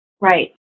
Right